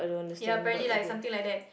ya apparently like something like that